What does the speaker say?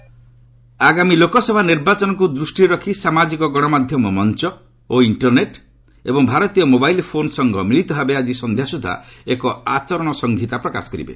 EC social media ଆଗାମୀ ଲୋକସଭା ନିର୍ବାଚନକୁ ଦୃଷ୍ଟିରେ ରଖି ସାମାଜିକ ଗଶମାଧ୍ୟମ ମଞ୍ଚ ଓ ଇକ୍ଷରନେଟ୍ ଏବଂ ଭାରତୀୟ ମୋବାଇଲ୍ ଫୋନ୍ ସଂଘ ମିଳିତ ଭାବେ ଆଜି ସନ୍ଧ୍ୟା ସ୍ୱଦ୍ଧା ଏକ ଆଚରଣ ସଂହିତା ପ୍ରକାଶ କରିବେ